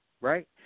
right